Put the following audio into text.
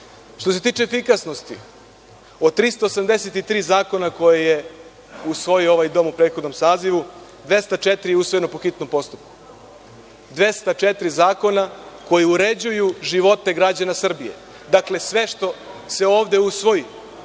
se tiče efikasnosti, od 383 zakona koje je usvojio ovaj dom u prethodnom sazivu, 204 je usvojeno po hitnom postupku, 204 zakona koji uređuju živote građana Srbije. Dakle, sve što se ovde usvoji,